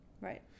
Right